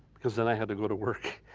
because then i had to go to work